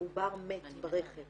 עובר מת ברחם